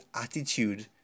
attitude